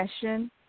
session